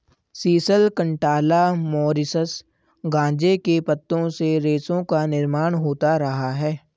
sisal, cantala, Mauritius गांजे के पत्तों से रेशों का निर्माण होता रहा है